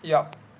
yup